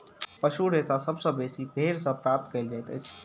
पशु रेशा सभ सॅ बेसी भेंड़ सॅ प्राप्त कयल जाइतअछि